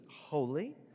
holy